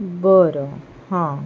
बरं हां